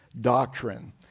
doctrine